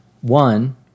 One